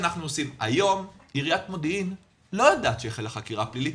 היום עיריית מודיעין לא יודעת שהחלה חקירה פלילית,